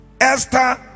Esther